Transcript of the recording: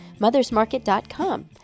mothersmarket.com